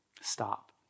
stop